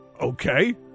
Okay